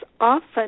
often